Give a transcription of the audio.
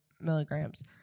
milligrams